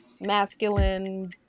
masculine